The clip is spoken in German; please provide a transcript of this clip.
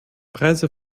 preise